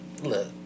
Look